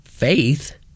Faith